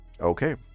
Okay